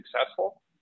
successful